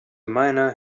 miner